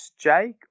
Jake